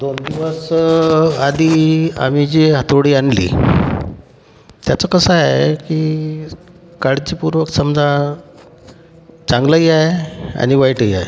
दोन दिवस आदी आम्ही जी हातोडी आणली त्याचं कसं आहे की काळजीपूर्वक समजा चांगलंही आहे आणि वाईटही आहे